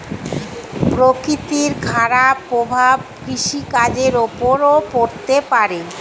প্রকৃতির খারাপ প্রভাব কৃষিকাজের উপরেও পড়তে পারে